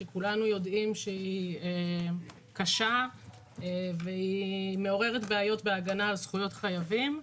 שכולנו יודעים שהיא קשה והיא מעוררת בעיות בהגנה על זכויות חייבים,